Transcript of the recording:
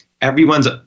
everyone's